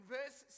verse